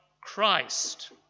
Christ